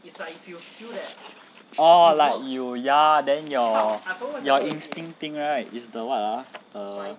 oh like you ya then your your instinct thing right is the what ah